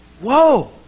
Whoa